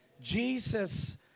Jesus